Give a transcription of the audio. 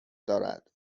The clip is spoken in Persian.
دارد